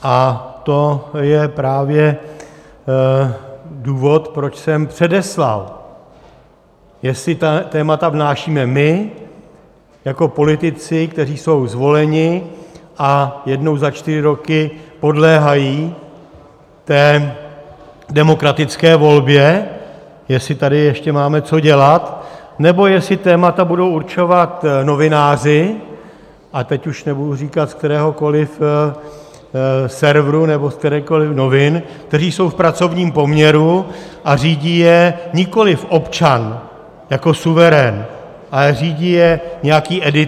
A to je právě důvod, proč jsem předeslal, jestli ta témata vnášíme my jako politici, kteří jsou zvoleni a jednou za čtyři roky podléhají demokratické volbě, jestli tady ještě máme co dělat, nebo jestli témata budou určovat novináři, a teď už nebudu říkat z kteréhokoliv serveru nebo z kterýchkoliv novin, kteří jsou v pracovním poměru a řídí je nikoliv občan jako suverén, ale řídí je nějaký editor.